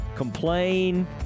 complain